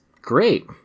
great